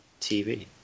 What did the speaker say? TV